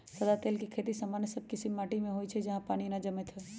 सदा तेल के खेती सामान्य सब कीशिम के माटि में होइ छइ जहा पानी न जमैत होय